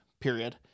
period